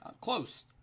Close